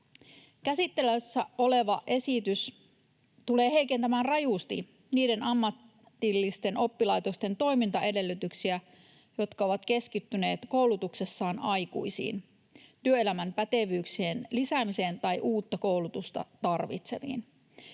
Käsittelyssä oleva esitys tulee heikentämään rajusti niiden ammatillisten oppilaitosten toimintaedellytyksiä, jotka ovat keskittyneet koulutuksessaan aikuisiin, työelämän pätevyyksien lisäämiseen tai uutta koulutusta tarvitseviin.